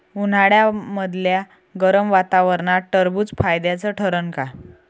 उन्हाळ्यामदल्या गरम वातावरनात टरबुज फायद्याचं ठरन का?